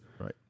Right